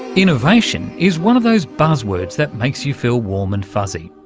innovation is one of those buzz-words that makes you feel warm and fuzzy.